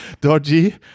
Dodgy